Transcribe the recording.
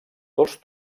dos